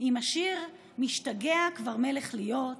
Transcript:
עם השיר "משתגע כבר מלך להיות",